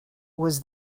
was